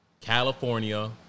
California